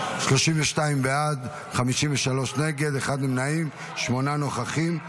32 בעד, 53 נגד, אחד נמנע, שמונה נוכחים.